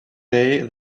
day